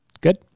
Good